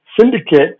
syndicate